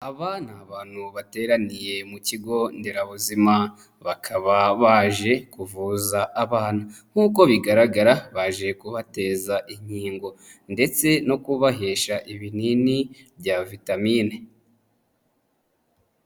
Aba ni abantu bateraniye mu kigo nderabuzima, bakaba baje kuvuza abana. Nk'uko bigaragara baje kubateza inkingo ndetse no kubahesha ibinini bya vitamine.